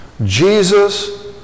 Jesus